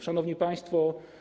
Szanowni Państwo!